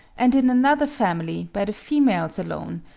and in another family by the females alone,